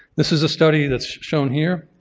this is a study that's shown here,